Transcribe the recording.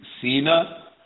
Cena